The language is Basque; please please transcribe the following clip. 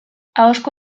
ahozko